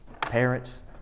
Parents